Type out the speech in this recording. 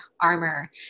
armor